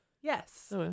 Yes